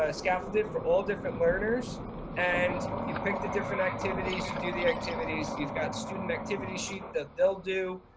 ah scaffolded for all different learners and you pick the different activities, you do the activities. you've got student activity sheet that they'll do.